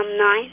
nine